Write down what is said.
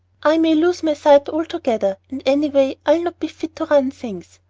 i may lose my sight altogether and anyway i'll not be fit to run things.